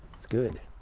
it's good.